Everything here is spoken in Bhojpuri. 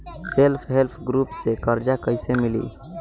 सेल्फ हेल्प ग्रुप से कर्जा कईसे मिली?